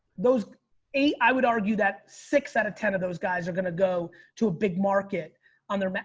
those eight, i would argue that six out of ten of those guys are gonna go to a big market on their.